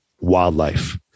wildlife